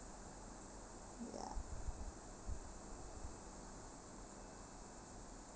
ya